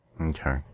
Okay